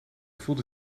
voelde